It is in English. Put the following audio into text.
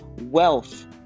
wealth